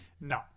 No